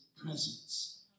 presence